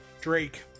Drake